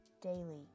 daily